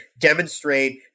demonstrate